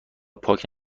پاک